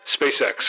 SpaceX